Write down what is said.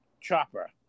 chopper